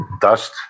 dust